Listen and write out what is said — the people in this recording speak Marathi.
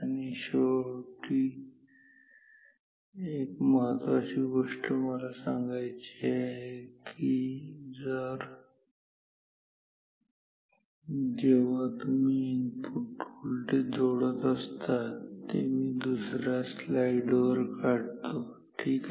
आणि एक शेवटची गोष्ट मला सांगायची आहे की जर जेव्हा तुम्ही इनपुट जोडत असता ते मी दुसऱ्या स्लाईडवर काढतो ठीक आहे